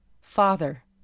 Father